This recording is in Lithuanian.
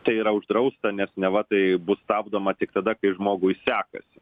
tai yra uždrausta nes neva tai bus stabdoma tik tada kai žmogui sekasi